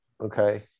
Okay